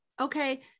okay